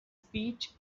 speech